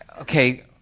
okay